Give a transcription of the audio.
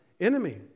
enemy